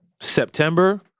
September